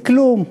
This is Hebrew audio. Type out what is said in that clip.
זה כלום.